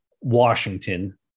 Washington